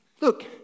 Look